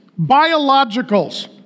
Biologicals